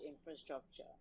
infrastructure